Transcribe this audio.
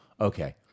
Okay